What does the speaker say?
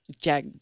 Jack